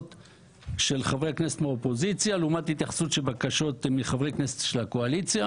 של חברי כנסת מהאופוזיציה לעומת בקשות של חברי הכנסת מהקואליציה.